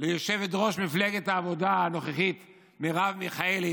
יושבת-ראש מפלגת העבודה הנוכחית מרב מיכאלי,